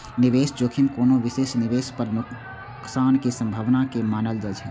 निवेश जोखिम कोनो विशेष निवेश पर नुकसान के संभावना के मानल जाइ छै